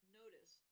notice